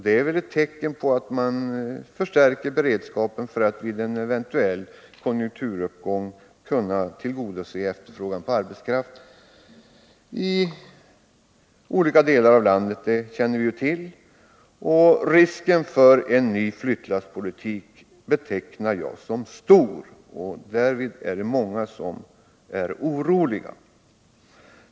Det är ett tecken på att man förstärker beredskapen för att vid en eventuell konjunkturuppgång kunna tillgodose efterfrågan på arbetskraft i olika delar av landet. Jag betecknar risken för en ny flyttlasspolitik som stor. Många är oroliga för en sådan politik.